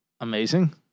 Amazing